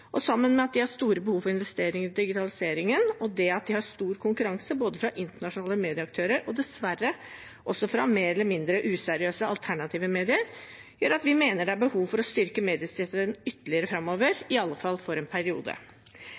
Sammen med at de har stort behov for investeringer i digitalisering og stor konkurranse både fra internasjonale medieaktører og dessverre også fra mer eller mindre useriøse alternative medier, gjør det at vi mener det er behov for å styrke mediestøtten ytterligere framover, i alle fall for en periode.